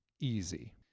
Easy